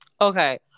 okay